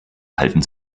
halten